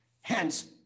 hence